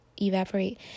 evaporate